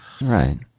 right